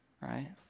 right